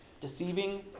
deceiving